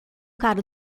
cara